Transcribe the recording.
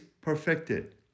perfected